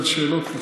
על שאלות,